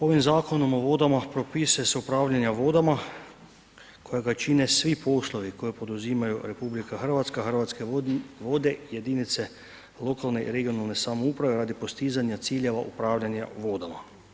Ovim Zakonom o vodama propisuje se upravljanje vodama kojega čine svi poslovi koje poduzimaju RH, Hrvatske vode, jedinice lokalne i regionalne samouprave radi postizanja ciljeva upravljanja vodama.